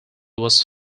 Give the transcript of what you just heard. was